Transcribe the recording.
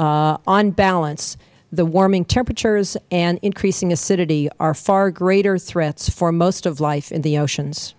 large on balance the warming temperatures and increasing acidity are far greater threats for most of life in the oceans